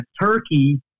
Turkey